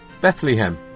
Bethlehem